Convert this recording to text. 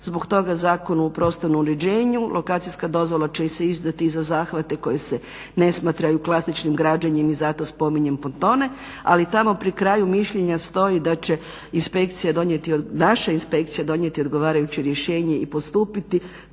Zbog toga Zakon o prostornom uređenju lokacijska dozvola će se izdati i za zahvate koji se ne smatraju klasičnim građenjem i zato spominjem pontone. Ali tamo pri kraju mišljenja stoji da će inspekcija donijeti, naša inspekcija donijeti odgovarajuće rješenje i postupiti.